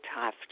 tough